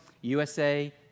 USA